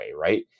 Right